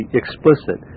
explicit